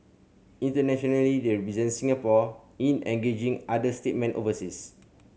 internationally they represent Singapore in engaging other statesmen overseas